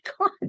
God